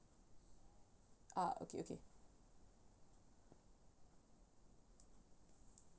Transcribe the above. ah okay okay